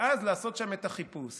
ואז לעשות שם את החיפוש.